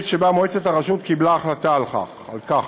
שבה מועצת הרשות קיבלה החלטה על כך.